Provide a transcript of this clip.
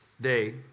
day